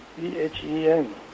B-H-E-N